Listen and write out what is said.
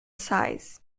size